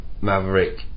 maverick